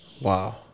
Wow